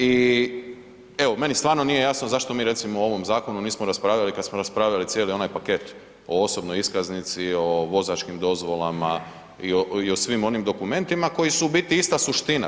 I evo meni stvarno nije jasno zašto mi recimo o ovom zakonu nismo raspravljali kad smo raspravljali cijeli onaj paket o osobnoj iskaznici, o vozačkim dozvolama i o svim onim dokumentima koji su u biti ista suština.